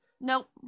nope